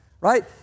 Right